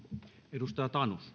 arvoisa